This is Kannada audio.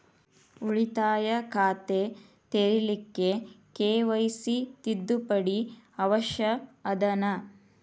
ಉಳಿತಾಯ ಖಾತೆ ತೆರಿಲಿಕ್ಕೆ ಕೆ.ವೈ.ಸಿ ತಿದ್ದುಪಡಿ ಅವಶ್ಯ ಅದನಾ?